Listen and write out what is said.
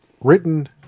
written